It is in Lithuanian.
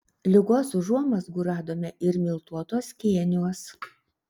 ligos užuomazgų radome ir miltuotuos kėniuos